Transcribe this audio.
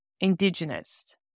indigenous